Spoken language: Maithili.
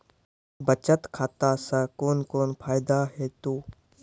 बचत खाता सऽ कून कून फायदा हेतु?